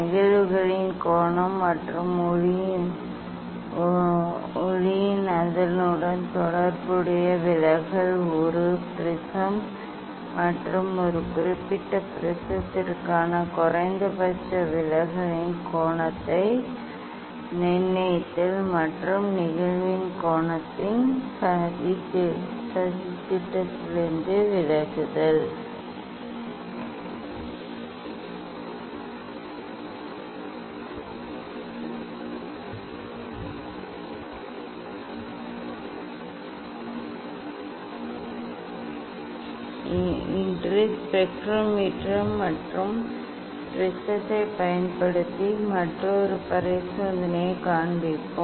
நிகழ்வுகளின் கோணம் மற்றும் ஒளியின் அதனுடன் தொடர்புடைய விலகல் ஒரு ப்ரிஸம் மற்றும் ஒரு குறிப்பிட்ட ப்ரிஸத்திற்கான குறைந்தபட்ச விலகலின் கோணத்தை நிர்ணயித்தல் மற்றும் நிகழ்வின் கோணத்தின் சதித்திட்டத்திலிருந்து விலகல் இன்று ஸ்பெக்ட்ரோமீட்டர் மற்றும் ப்ரிஸத்தைப் பயன்படுத்தி மற்றொரு பரிசோதனையை காண்பிப்போம்